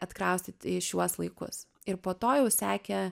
atkraustyt į šiuos laikus ir po to jau sekė